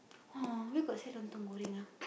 oh where got sell lontong-goreng ah